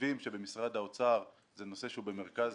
חושבים שבמשרד האוצר זה נושא שהוא במרכז